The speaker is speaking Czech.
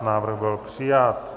Návrh byl přijat.